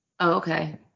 Okay